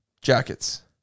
Jackets